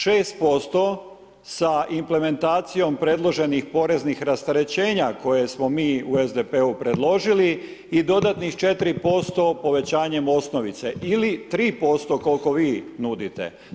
6% sa implementacijom predloženih poreznih rasterećenja koje smo mi u SDP-u predložili i dodatnih 4% povećanjem osnovice ili 3% koliko vi nudite.